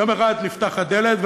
יום אחד נפתחת הדלת,